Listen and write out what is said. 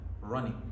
Running